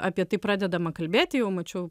apie tai pradedama kalbėti jau mačiau